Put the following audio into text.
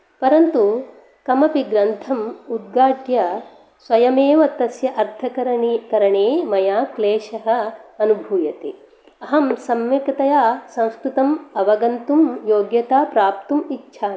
परन्तु कमपि ग्रन्थम् उद्घाट्य स्वयमेव तस्य अर्थकरणे करणे मया क्लेशः अनुभूयते अहं सम्यक्तया संस्कृतम् अवगन्तुं योग्यता प्राप्तुम् इच्छामि